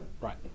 Right